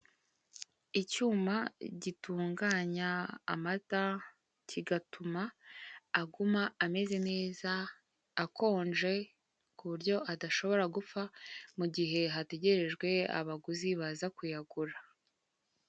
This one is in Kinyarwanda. Icyuma gitunganya amata kigatuma aguma ameze neza, akonje kuburyo adashobora gupfa mugihe hategerejwe abaguzi baza kuyagura.